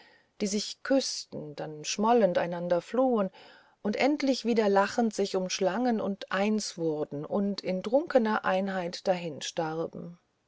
die sich küßten dann schmollend einander flohen und endlich wieder lachend sich umschlangen und eins wurden und in trunkener einheit